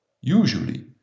usually